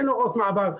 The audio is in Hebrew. כן הוראות מעבר,